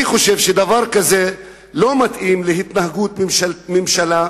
אני חושב שדבר כזה לא מתאים להתנהגות ממשלה,